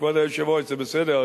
כבוד היושב-ראש, זה בסדר.